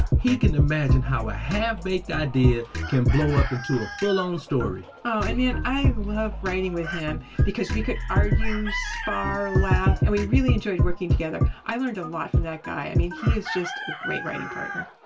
he can imagine how a half-baked idea can blow up into a full-on story oh, and man, i love writing with him because we could argue, spar, laugh, and we really enjoyed working together. i learned a lot from that guy. i mean, he is just a great writing partner.